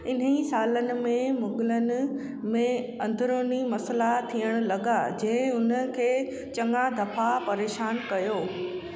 इन्ही सालनि में मुग़लनि में अंदिरूनी मसइला थियण लॻा जंहिं हुन खे चङा दफ़ा परेशानु कयो